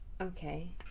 okay